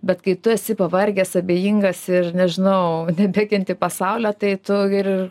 bet kai tu esi pavargęs abejingas ir nežinau nebekenti pasaulio tai tu ir